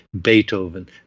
Beethoven